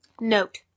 Note